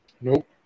Nope